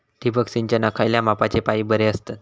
ठिबक सिंचनाक खयल्या मापाचे पाईप बरे असतत?